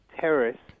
terrorists